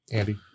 Andy